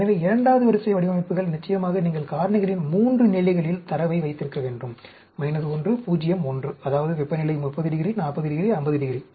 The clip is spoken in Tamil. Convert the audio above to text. எனவே இரண்டாவது வரிசை வடிவமைப்புகள் நிச்சயமாக நீங்கள் காரணிகளின் 3 நிலைகளில் தரவை வைத்திருக்க வேண்டும் 1 0 1 அதாவது வெப்பநிலை 30 ° 40 ° 50 °